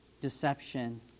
deception